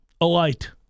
alight